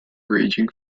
raging